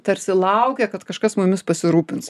tarsi laukia kad kažkas mumis pasirūpins